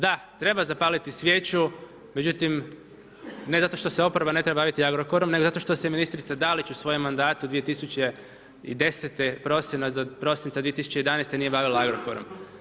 Da treba zapaliti svijeću, međutim ne zato što se oporba ne treba baviti Agrokorom nego zato što se ministrica Dalić u svojem mandatu 2010. do prosinca 2011. nije bavila Agrokorom.